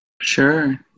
Sure